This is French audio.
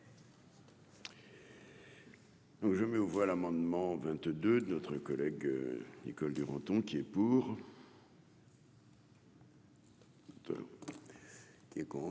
je mets aux voix l'amendement 22 de notre collègue Nicole Duranton, qui est pour.